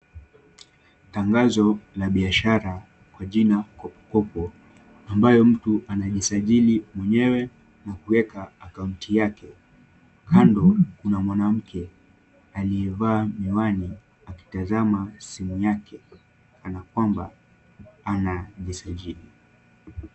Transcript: Tangazo la biashara kwa jina Kopo Kopo ambayo mtu anajisajili mwenyewe na kuweka akaunti yake. Kando kuna mwanamke aliyevaa miwani akitazama simu yake kana kwamba anajisajili.